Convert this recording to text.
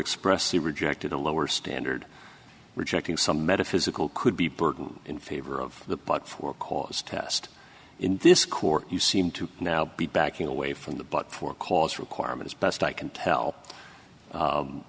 expressly rejected a lower standard rejecting some metaphysical could be burden in favor of the plug for cause test in this court you seem to now be backing away from the but for cause requirements best i can tell i